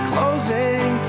Closing